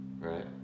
right